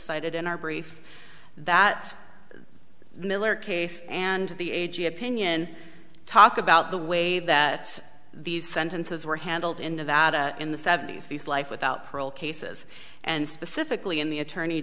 cited in our brief that the miller case and the a g opinion talk about the way that these sentences were handled in nevada in the seventy's these life without parole cases and specifically in the attorney